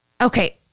Okay